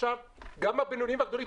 גם הבינוניים והגדולים,